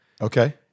Okay